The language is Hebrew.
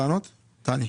קריאה